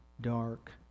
dark